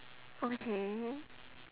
okay